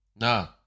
No